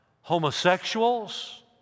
homosexuals